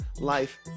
life